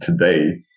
today